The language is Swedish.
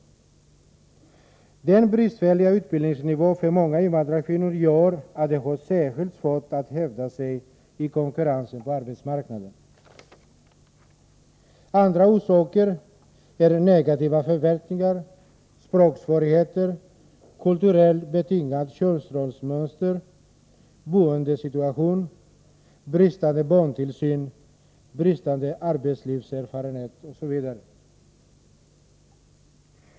Den bristfälliga utbildningsnivån hos många invandrarkvinnor gör att de har särskilt svårt att hävda sig i konkurrensen på arbetsmarknaden. Andra orsaker är negativa förväntningar, språksvårigheter, ett kulturellt betingat könsrollsmönster, boendesituation, bristande barntillsyn, bristande arbetslivserfarenheter osv.